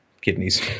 kidneys